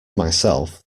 myself